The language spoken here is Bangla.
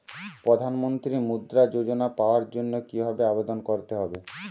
প্রধান মন্ত্রী মুদ্রা যোজনা পাওয়ার জন্য কিভাবে আবেদন করতে হবে?